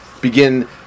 begin